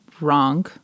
wrong